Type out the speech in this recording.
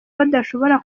badashobora